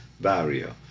barrier